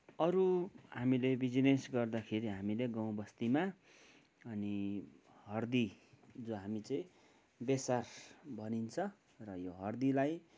अरू हामीले बिजिनेस गर्दाखेरि हामीले गाउँ बस्तीमा अनि हर्दी जो हामी चाहिँ बेसार भनिन्छ र यो हर्दीलाई